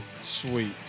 sweet